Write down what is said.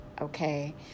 okay